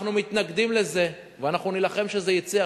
אנחנו מתנגדים לזה ואנחנו נילחם שזה יצא,